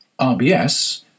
RBS